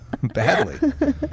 Badly